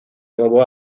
nuevo